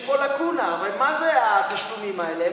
יש פה לקונה, אבל, מה זה התשלומים האלה?